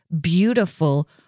beautiful